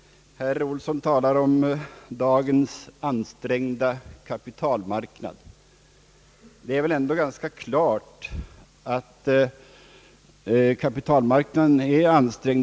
Herr Olsson talar om dagens ansträngda kapitalmarknad. Ja, vi vet alla att kapitalmarknaden är ganska ansträngd.